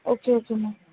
okay okay ma'am